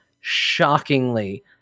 shockingly